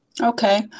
Okay